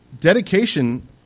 dedication